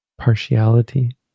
partiality